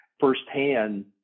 firsthand